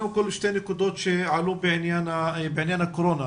שתי נקודות שעלו בעניין הקורונה.